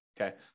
Okay